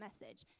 message